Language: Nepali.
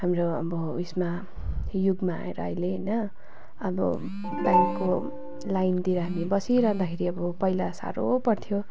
हाम्रो अब उयसमा युगमा आएर अहिले होइन अब ब्याङ्कको लाइनतिर हामी बसिरहँदाखेरि अब पहिला साह्रो पर्थ्यो